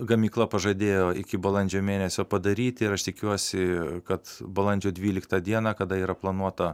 gamykla pažadėjo iki balandžio mėnesio padaryti ir aš tikiuosi kad balandžio dvyliktą dieną kada yra planuota